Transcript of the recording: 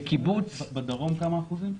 בדרום כמה אחוזים?